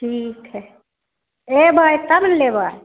ठीक हइ एबै तब ने लेबै